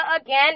again